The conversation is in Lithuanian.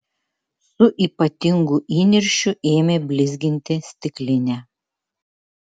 su ypatingu įniršiu ėmė blizginti stiklinę